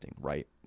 right